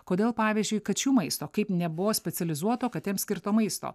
kodėl pavyzdžiui kačių maisto kaip nebuvo specializuoto katėms skirto maisto